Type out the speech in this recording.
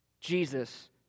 Jesus